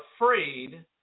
afraid